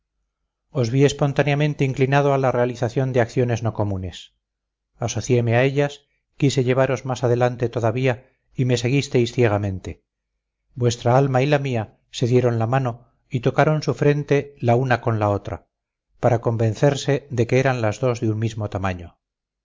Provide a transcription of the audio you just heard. vi espontáneamente inclinado a la realización de acciones no comunes asocieme a ellas quise llevaros más adelante todavía y me seguisteis ciegamente vuestra alma y la mía se dieron la mano y tocaron su frente la una con la otra para convencerse de que eran las dos de un mismo tamaño